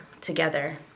together